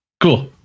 Cool